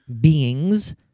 beings